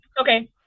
okay